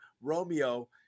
Romeo